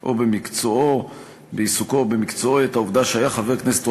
או במקצועו את העובדה שהיה חבר הכנסת,